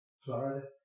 Florida